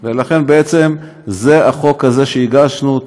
לכן, בעצם, זה החוק שהגשנו.